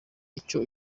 icyo